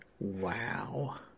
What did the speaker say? Wow